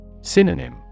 Synonym